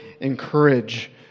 encourage